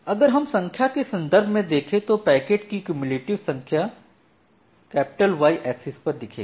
अगर हम संख्या के सन्दर्भ में देखें तो पैकेट की क्युमुलेटिव संख्या Y एक्सिस पर दिखेगी